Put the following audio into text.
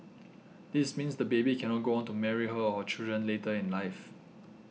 this means the baby cannot go on to marry her or children later in life